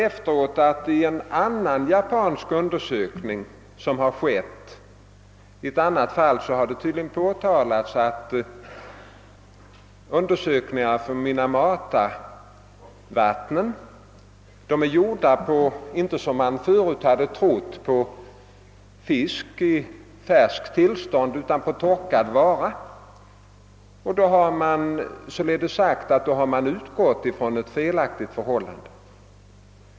Efteråt har det i en annan japansk undersökning som avsåg ett annat fall påtalats att undersökningarna för Minamata-vatten är gjorda inte, som man förut har trott, på fisk i färskt tillstånd utan på torkad vara. Man har således här i Sverige utgått från ett felaktigt förhållande.